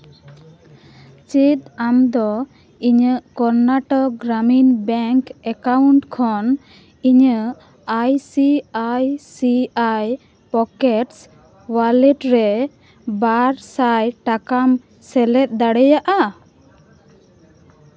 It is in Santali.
ᱪᱮᱫ ᱟᱢ ᱫᱚ ᱤᱧᱟᱹᱜ ᱠᱚᱨᱱᱟᱴᱚᱠ ᱜᱨᱟᱢᱤᱱ ᱵᱮᱝᱠ ᱮᱠᱟᱣᱩᱱᱴ ᱠᱷᱚᱱ ᱤᱧᱟᱹᱜ I C I C I pockets wallet ᱨᱮ ᱵᱟᱨ ᱥᱟᱭ ᱴᱟᱠᱟᱢ ᱥᱮᱞᱮᱫ ᱫᱟᱲᱮᱭᱟᱜᱼᱟ